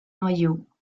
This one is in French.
noyaux